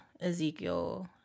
Ezekiel